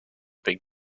big